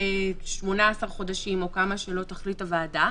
ב-18 חודשים או כמה שלא תחליט הוועדה,